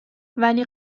ولی